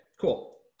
cool